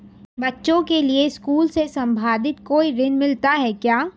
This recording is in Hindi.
बच्चों के लिए स्कूल से संबंधित कोई ऋण मिलता है क्या?